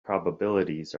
probabilities